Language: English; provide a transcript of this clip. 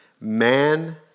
man